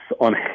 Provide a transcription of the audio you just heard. on